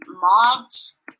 mods